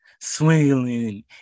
swinging